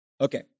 Okay